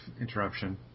interruption